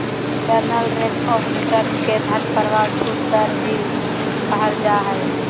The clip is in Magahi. इन्टरनल रेट ऑफ़ रिटर्न के धन प्रवाह छूट दर भी कहल जा हय